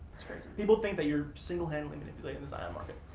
it's crazy. people think that you're single handedly manipulating the zion market.